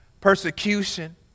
persecution